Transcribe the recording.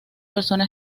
persona